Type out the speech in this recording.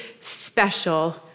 special